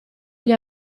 gli